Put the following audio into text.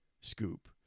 Scoop